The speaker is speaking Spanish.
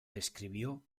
describió